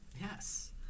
Yes